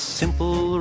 simple